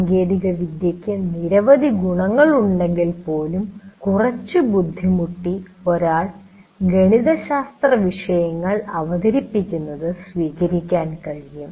സാങ്കേതികവിദ്യയ്ക്ക് നിരവധി ഗുണങ്ങളുണ്ടെങ്കിൽ പോലും കുറച്ചു ബുദ്ധിമുട്ടി ഒരാൾക്ക് ഗണിതശാസ്ത്രവിഷയങ്ങൾ അവതരിപ്പിക്കുന്നത് സ്വീകരിക്കുവാൻ കഴിയും